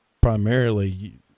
primarily